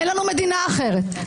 אין לנו מדינה אחרת.